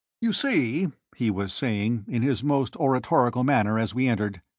you see, he was saying, in his most oratorical manner as we entered,